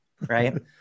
right